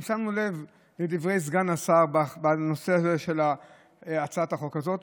אם שמנו לב לדברי סגן השר בנושא הזה של הצעת החוק הזאת,